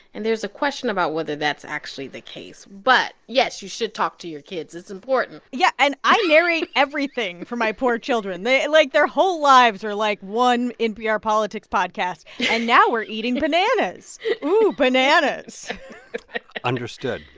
and there's a question about whether that's actually the case. but yes, you should talk to your kids. it's important yeah. and i narrate everything for my poor children. they like, their whole lives are, like, one npr politics podcast. and now we're eating bananas oh, you know bananas understood.